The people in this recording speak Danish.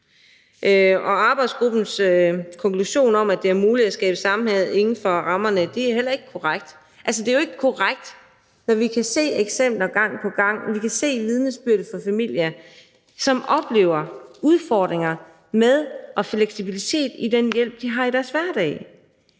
på. Arbejdsgruppens konklusion om, at det er muligt at skabe sammenhæng inden for rammerne, er heller ikke korrekt. Altså, det er jo ikke korrekt, når vi kan se eksempler gang på gang. Vi har vidnesbyrd fra familier, som oplever udfordringer med fleksibiliteten i forhold til den hjælp, de får i deres hverdag.